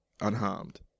unharmed